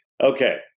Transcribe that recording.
Okay